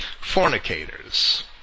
fornicators